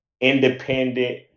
Independent